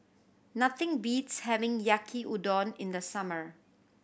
nothing beats having Yaki Udon in the summer